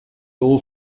dugu